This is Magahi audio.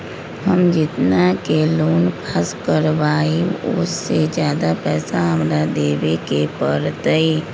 हम जितना के लोन पास कर बाबई ओ से ज्यादा पैसा हमरा देवे के पड़तई?